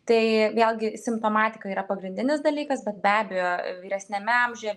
tai vėlgi simptomatika yra pagrindinis dalykas bet be abejo vyresniame amžiuje